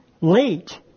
late